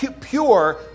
pure